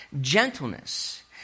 Gentleness